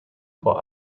vor